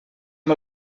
amb